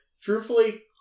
Truthfully